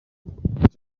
abaturage